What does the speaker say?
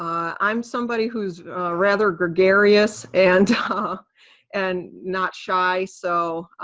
i'm somebody who's rather gregarious, and and not shy, so